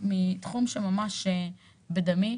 מתחום שהוא ממש בדמי